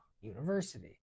University